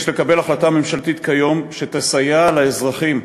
יש לקבל החלטה ממשלתית כיום לסייע לאזרחים.